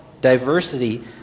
diversity